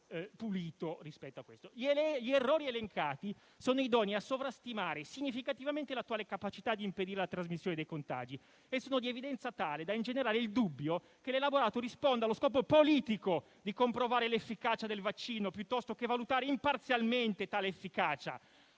un dato pulito. Gli errori elencati sono idonei a sovrastimare significativamente l'attale capacità di impedire la trasmissione dei contagi e sono di evidenza tale da ingenerare il dubbio che l'elaborato risponda allo scopo politico di comprovare l'efficacia del vaccino piuttosto che valutare imparzialmente tale efficacia.